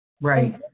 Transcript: Right